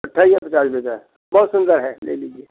अट्ठाईस हजार पचास रुपए का है बहुत सुंदर है ले लीजिए